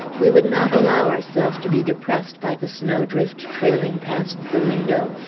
we would not allow ourselves to be depressed by the snowdrift trailing past the window,